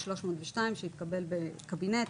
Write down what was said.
ב 302 שהתקבל בקבינט.